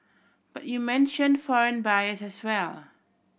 but you mentioned foreign buyers as well